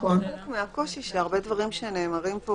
חלק מהקושי שהרבה דברים שנאמרים פה,